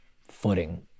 footing